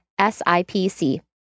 SIPC